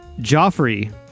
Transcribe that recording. joffrey